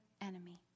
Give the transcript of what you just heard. enemy